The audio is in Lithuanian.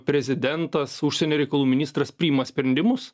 prezidentas užsienio reikalų ministras priima sprendimus